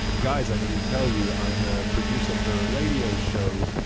guys, i need to tell you, i'm a producer for a radio show.